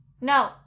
No